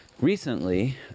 Recently